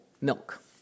milk